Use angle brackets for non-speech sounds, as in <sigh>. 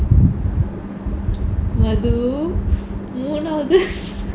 madhu மூனாவது:moonaavathu <laughs>